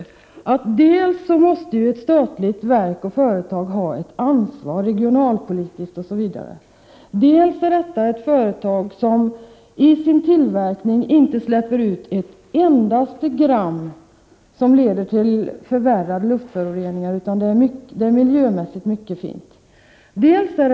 Faktum är dels att både statliga verk och statliga företag har ett politiskt ansvar, dels att det här gäller ett företag som i sin tillverkning inte släpper ut ett endaste gram som leder till förvärrande av luftföroreningarna, utan det är fråga om en miljömässigt mycket fin produktion.